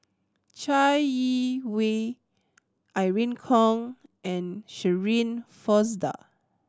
Chai Yee Wei Irene Khong and Shirin Fozdar